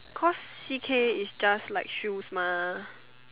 cause C_K is just like shoes mah